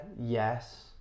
yes